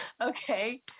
okay